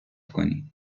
کنیم